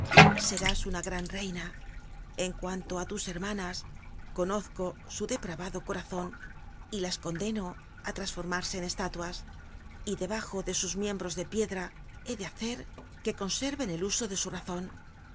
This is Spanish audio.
serás una gran reina en cuanto á tus hermanas conozco su de ravado corazon y las condeno á trasformarse en estátuas y debajo de sus miembros de piedra he de hacer fjue conserren el uso do su razon